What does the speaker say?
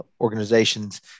organizations